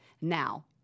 Now